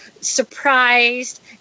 surprised